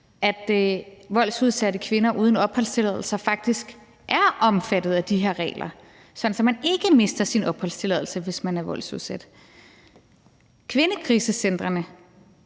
at voldsudsatte kvinder uden opholdstilladelser faktisk er omfattet af de her regler, sådan at man ikke mister sin opholdstilladelse, hvis man er voldsudsat. Kvindekrisecentrene